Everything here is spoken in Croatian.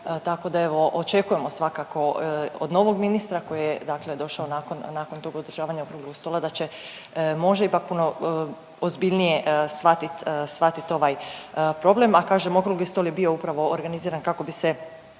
tako da evo očekujemo svakako od novog ministra koji je dakle došao nakon, nakon tog održavanja Okruglog stola da će, može ipak puno ozbiljnije shvatit, shvatit ovaj problem, a kažem Okrugli stol je bio upravo organiziran kako bi se